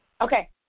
Okay